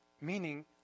meaning